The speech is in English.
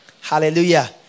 Hallelujah